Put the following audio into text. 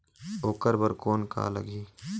ओकर बर कौन का लगी?